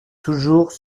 toujours